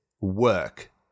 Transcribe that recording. work